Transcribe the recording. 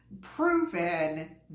proven